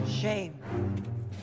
Shame